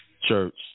church